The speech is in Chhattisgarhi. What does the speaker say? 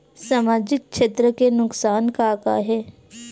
सामाजिक क्षेत्र के नुकसान का का हे?